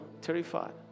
terrified